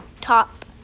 top